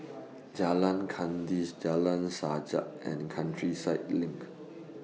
Jalan Kandis Jalan Sajak and Countryside LINK